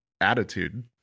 attitude